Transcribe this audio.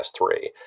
S3